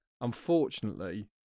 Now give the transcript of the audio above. unfortunately